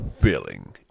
feeling